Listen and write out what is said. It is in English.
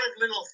little